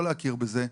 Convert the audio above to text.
באנו לתקן אפליה.